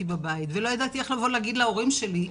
בבית ולא ידעתי איך לבוא ולהגיד להורים שלי,